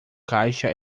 caixa